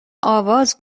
آواز